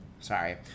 Sorry